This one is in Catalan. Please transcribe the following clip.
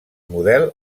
model